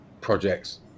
projects